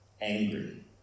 angry